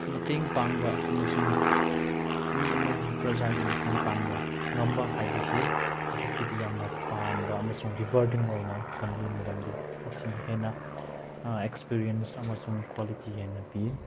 ꯃꯇꯦꯡ ꯄꯥꯡꯕ ꯑꯃꯁꯨꯡ ꯃꯤ ꯑꯃꯒꯤ ꯄ꯭ꯔꯖꯥꯒꯤ ꯃꯇꯦꯡ ꯄꯥꯡꯕ ꯉꯝꯕ ꯍꯥꯏꯕꯁꯤ ꯑꯩꯍꯥꯛꯀꯤꯗꯤ ꯌꯥꯝꯅ ꯄꯥꯝꯕ ꯑꯃꯁꯨꯡ ꯔꯤꯕꯔꯇꯤꯡ ꯑꯣꯏꯅ ꯈꯜꯂꯤ ꯃꯔꯝꯗꯤ ꯑꯁꯤꯅ ꯍꯦꯟꯅ ꯑꯦꯛꯁꯄꯔꯤꯌꯦꯟꯁ ꯑꯃꯁꯨꯡ ꯀ꯭ꯋꯥꯂꯤꯇꯤ ꯍꯦꯟꯅ ꯄꯤ